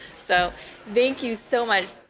so thank you so much.